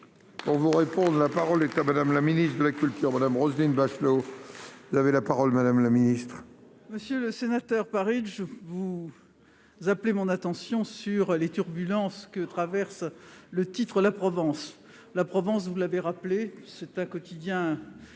On vous réponde, la parole est à madame la ministre de la Culture Madame Roselyne Bachelot. Il avait la parole, Madame la Ministre. Monsieur le sénateur, Paris je vous appelez mon attention sur les turbulences que traverse le titre La Provence La Provence, vous l'avez rappelé c'est un quotidien